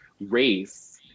race